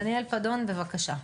דניאל פדון, בבקשה.